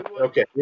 Okay